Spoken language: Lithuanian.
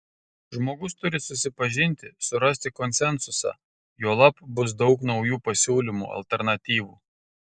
žmogus turi susipažinti surasti konsensusą juolab bus daug naujų pasiūlymų alternatyvų